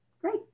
Great